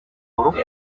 rukundo